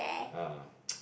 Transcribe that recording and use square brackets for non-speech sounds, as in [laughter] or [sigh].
ah [noise]